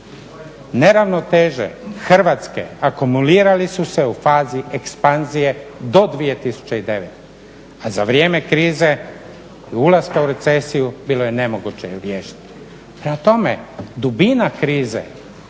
"Neravnoteže Hrvatske akumulirali su se u fazi ekspanzije do 2009., a za vrijeme krize i ulaska u recesiju bilo je nemoguće riješiti".